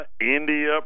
India